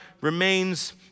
remains